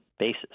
basis